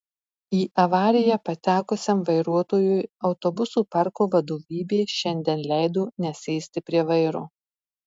į avariją patekusiam vairuotojui autobusų parko vadovybė šiandien leido nesėsti prie vairo